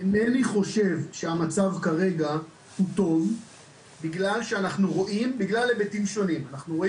אינני חושב שהמצב כרגע הוא טוב בגלל היבטים שונים שאנחנו רואים.